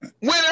winner